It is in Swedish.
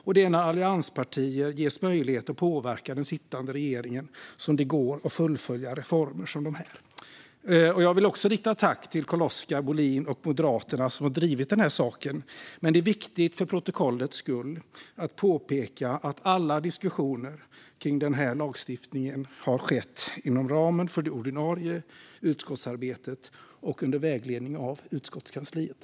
Och det är när allianspartier ges möjlighet att påverka den sittande regeringen som det går att fullfölja reformer som dessa. Jag vill också rikta ett tack till Carl-Oskar Bohlin och Moderaterna, som har drivit denna sak. Men det är viktigt för protokollets skull att påpeka att alla diskussioner kring denna lagstiftning har skett inom ramen för det ordinarie utskottsarbetet och under vägledning av utskottskansliet.